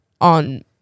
on